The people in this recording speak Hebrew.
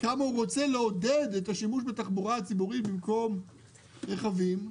כמה הם רוצים לעודד את השימוש בתחבורה הציבורית במקום ברכבים פרטיים,